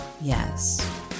Yes